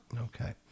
Okay